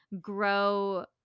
grow